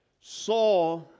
saw